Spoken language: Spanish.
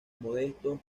modestos